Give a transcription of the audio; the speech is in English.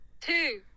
Two